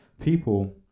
people